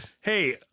hey